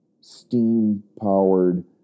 steam-powered